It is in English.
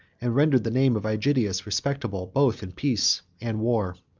and rendered the name of aegidius, respectable both in peace and war.